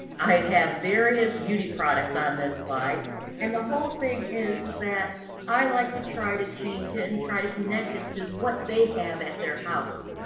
i have various beauty products on this slide and the whole thing is that i like to try to change it and try to connect it to what they have at their house.